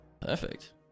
perfect